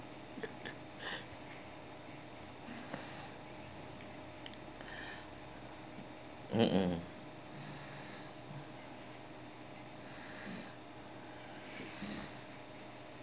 mmhmm